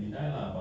betul